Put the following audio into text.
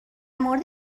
مورد